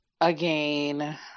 again